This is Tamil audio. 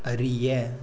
அறிய